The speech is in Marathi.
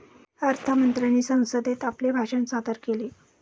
अर्थ मंत्र्यांनी संसदेत आपले भाषण सादर केले